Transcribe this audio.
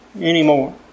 anymore